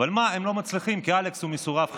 אבל מה, הם לא מצליחים, כי אלכס הוא מסורב חיתון.